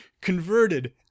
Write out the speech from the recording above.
converted